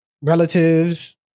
relatives